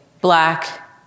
black